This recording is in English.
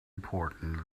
important